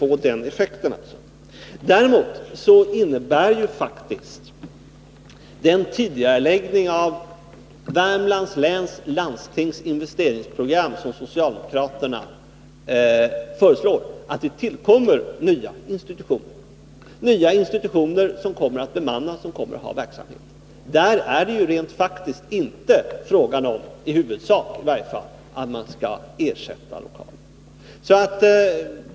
få den effekten, alltså. Däremot innebär den tidigareläggning av Värmlands läns landstings investeringsprogram som socialdemokraterna föreslår att det tillkommer nya institutioner, som kommer att bemannas och vara i verksamhet. Där är det inte fråga om — inte i huvudsak, i varje fall — att ersätta lokalerna.